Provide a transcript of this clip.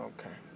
Okay